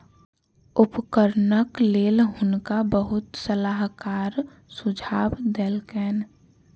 उपकरणक लेल हुनका बहुत सलाहकार सुझाव देलकैन